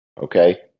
Okay